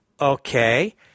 okay